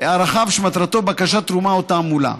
הרחב שמטרתו בקשת תרומה או תעמולה".